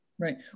Right